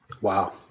Wow